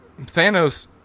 Thanos